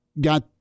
got